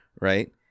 right